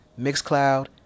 MixCloud